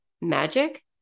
magic